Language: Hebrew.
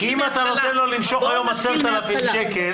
כי אם אתה רוצה היום למשוך 10,000 שקל